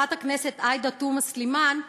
חברת הכנסת עאידה תומא סלימאן,